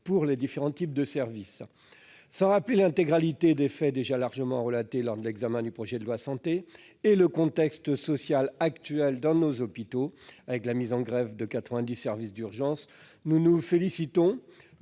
pour les différents types de service ». Sans rappeler l'intégralité des faits déjà largement relatés lors de l'examen du projet de loi « santé », ni le contexte social actuel dans nos hôpitaux, qui se caractérise par la mise en grève de quatre-vingt-dix services d'urgence, nous nous félicitons